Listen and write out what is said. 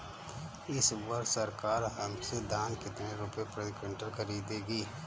इस वर्ष सरकार हमसे धान कितने रुपए प्रति क्विंटल खरीदेगी?